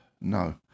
No